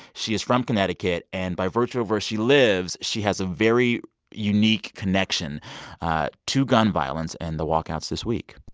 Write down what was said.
she is from connecticut. and by virtue of where she lives, she has a very unique connection to gun violence and the walkouts this week